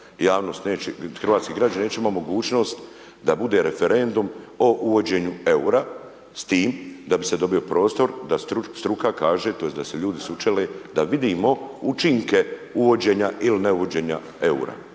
hrvatski građani neće imati mogućnost da bude referendum o uvođenju EUR-a s tim da bi se dobio prostor da struka kaže tj. da se ljudi sučele da vidimo učinke uvođenja ili ne uvođenja EUR-a.